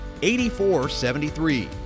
8473